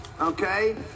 okay